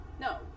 No